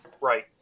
Right